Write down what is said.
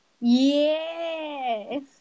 Yes